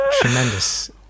Tremendous